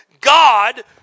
God